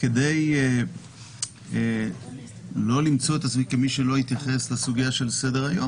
כדי לא למצוא את עצמי כמי שלא התייחס לסוגיה שעל סדר-היום,